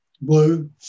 Blue